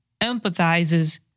empathizes